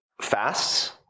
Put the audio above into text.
fasts